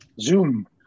zoom